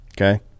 Okay